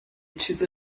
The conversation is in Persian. چیز